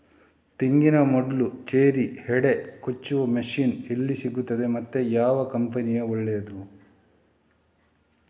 ತೆಂಗಿನ ಮೊಡ್ಲು, ಚೇರಿ, ಹೆಡೆ ಕೊಚ್ಚುವ ಮಷೀನ್ ಎಲ್ಲಿ ಸಿಕ್ತಾದೆ ಮತ್ತೆ ಯಾವ ಕಂಪನಿ ಒಳ್ಳೆದು?